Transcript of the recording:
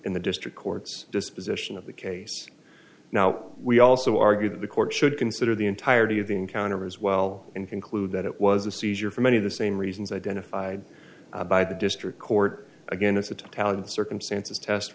in the district court's disposition of the case now we also argue that the court should consider the entirety of the encounter as well and conclude that it was a seizure for many of the same reasons identified by the district court again as a tally of the circumstances test